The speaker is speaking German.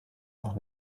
auch